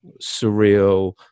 surreal